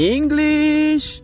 English